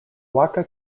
waka